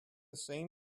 same